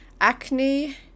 Acne